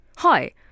Hi